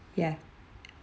ya